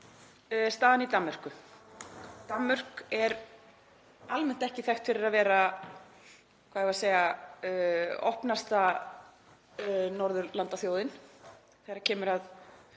staðan í Danmörku. Danmörk er almennt ekki þekkt fyrir að vera, hvað skal segja, opnasta Norðurlandaþjóðin þegar kemur að